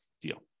deal